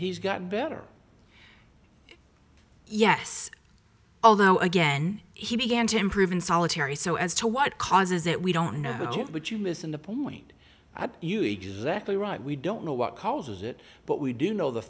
he's gotten better yes although again he began to improve in solitary so as to what causes it we don't know just what you missed in the point you exactly right we don't know what causes it but we do know the